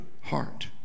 heart